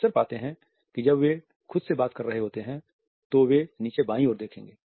हम अक्सर पते है कि जब वे खुद से बात कर रहे होते हैं तो वे नीचे बाईं ओर देखेंगे